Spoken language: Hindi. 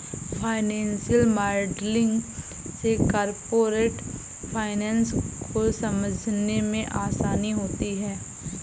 फाइनेंशियल मॉडलिंग से कॉरपोरेट फाइनेंस को समझने में आसानी होती है